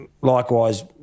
likewise